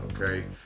Okay